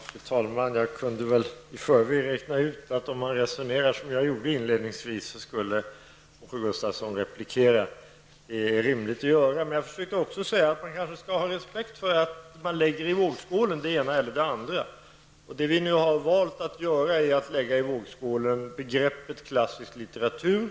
Fru talman! Jag kunde i förväg räkna ut att det sätt på vilket jag tidigare resonerade skulle medföra replik från Åke Gustavsson. Det finns kanske ändå anledning att ha respekt för att man kan lägga det ena eller det andra i vågskålen. Vi har valt att i vågskålen lägga begreppet klassisk litteratur.